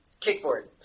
kickboard